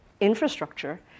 infrastructure